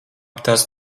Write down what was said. tas